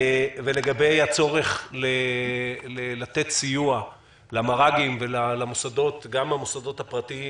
ולגבי הצורך לתת סיוע למר"גים וגם למוסדות הפרטיים